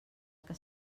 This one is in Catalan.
que